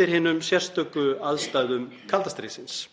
við hinar sérstöku aðstæður kalda stríðsins,